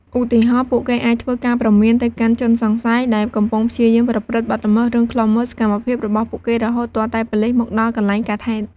ឧទាហរណ៍ ពួកគេអាច ធ្វើការព្រមាន ទៅកាន់ជនសង្ស័យដែលកំពុងព្យាយាមប្រព្រឹត្តបទល្មើស ឬ ឃ្លាំមើល សកម្មភាពរបស់ពួកគេរហូតទាល់តែប៉ូលិសមកដល់កន្លែងកើតហេតុ។